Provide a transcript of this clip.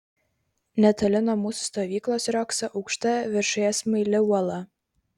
netoli nuo mūsų stovyklos riogso aukšta viršuje smaili uola